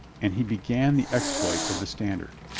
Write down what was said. and he began the exploit of the standard.